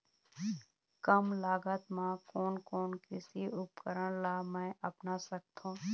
कम लागत मा कोन कोन कृषि उपकरण ला मैं अपना सकथो?